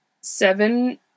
seven